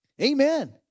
Amen